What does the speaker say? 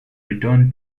return